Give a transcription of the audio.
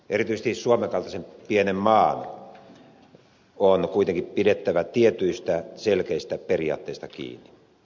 erityisesti suomen kaltaisen pienen maan on kuitenkin pidettävä tietyistä selkeistä periaatteista kiinni